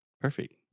Perfect